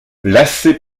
lassé